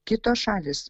kitos šalys